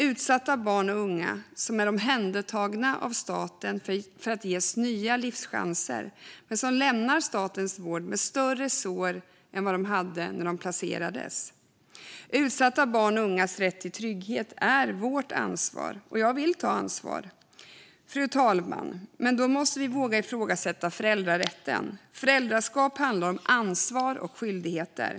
Utsatta barn och unga som är omhändertagna av staten för att ges nya livschanser lämnar statens vård med större sår än vad de hade när de placerades. Utsatta barns och ungas rätt till trygghet är vårt ansvar. Jag vill ta ansvar, fru talman. Men då måste vi våga ifrågasätta föräldrarätten. Föräldraskap handlar om ansvar och skyldigheter.